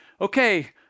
okay